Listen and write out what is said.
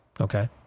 Okay